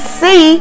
see